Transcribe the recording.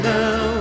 now